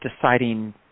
deciding